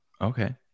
Okay